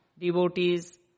devotees